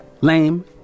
lame